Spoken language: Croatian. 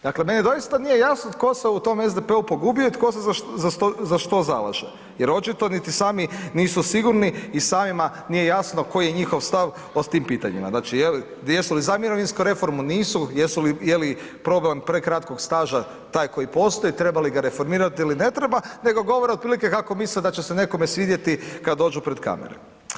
Dakle, meni doista nije jasno tko se u tom SDP-u pogubio i tko se za što zalaže, jer očito niti sami nisu sigurni i samima nije jasno koji je njihov stav o tim pitanjima, znači jesu li za mirovinsku reformu, nisu, jesu li, je li problem prekratkog staža taj koji postoji, treba li ga reformirati ili ne treba, nego govore otprilike kako misle da će se nekome svidjeti kad dođu pred kamere.